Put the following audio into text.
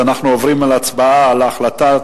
אנחנו עוברים להצבעה על החלטת